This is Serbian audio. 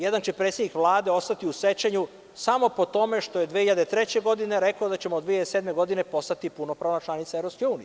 Jedan će predsednik Vlade ostati u sećanju samo po tome što je 2003. godine rekao da ćemo 2007. godine postati punopravna članica EU.